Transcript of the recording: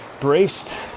braced